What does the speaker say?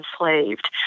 enslaved